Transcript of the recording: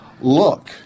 Look